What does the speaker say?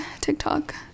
TikTok